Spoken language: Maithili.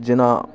जेना